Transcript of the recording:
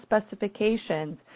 specifications